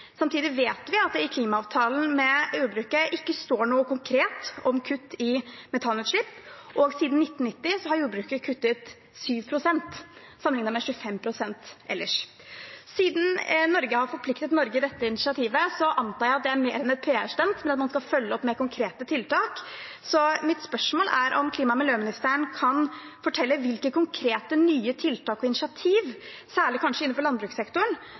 Samtidig vet vi at det i klimaavtalen med jordbruket ikke står noe konkret om kutt i metanutslipp. Siden 1990 har jordbruket kuttet 7 pst. sammenlignet med 25 pst. ellers. Siden regjeringen har forpliktet Norge i dette initiativet, antar jeg at det er mer enn et PR-stunt, og at man skal følge opp med konkrete tiltak. Mitt spørsmål er om klima- og miljøministeren kan fortelle hvilke konkrete nye tiltak og initiativ, kanskje særlig innenfor landbrukssektoren,